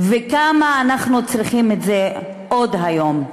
וכמה אנחנו צריכים את זה עוד היום.